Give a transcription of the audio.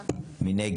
3. מי נגד?